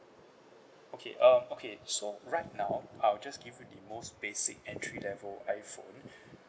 okay um okay so right now I'll just give you the most basic entry level iphone